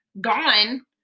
gone